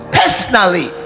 personally